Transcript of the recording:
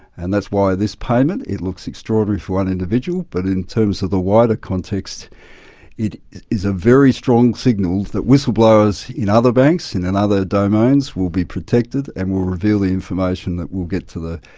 and that's why this payment, it looks extraordinary for one individual, but in terms of the wider context it is a very strong signal that whistleblowers in other banks and in and other domains will be protected and will reveal the information that will get to the,